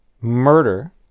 murder